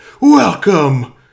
Welcome